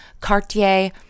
Cartier